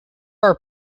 are